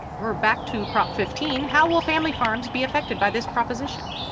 we're back to prop fifteen, how will family farms be affected by this proposition?